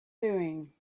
doing